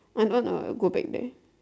I wanna go back there